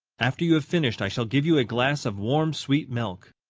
after you have finished, i shall give you a glass of warm sweet milk.